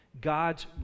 God's